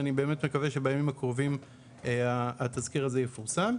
ואני באמת מקווה שבימים הקרובים התזכיר הזה יפורסם.